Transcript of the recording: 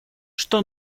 что